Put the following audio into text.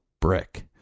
brick